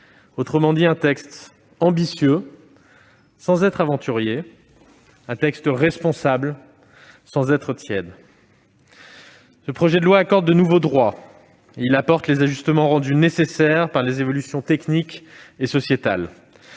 c'est-à-dire un texte ambitieux sans être aventurier, un texte responsable sans être tiède. Le projet de loi accorde de nouveaux droits et apporte les ajustements rendus nécessaires par les évolutions techniques et sociétales.